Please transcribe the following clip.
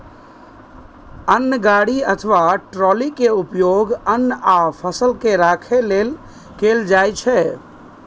अन्न गाड़ी अथवा ट्रॉली के उपयोग अन्न आ फसल के राखै लेल कैल जाइ छै